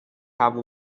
have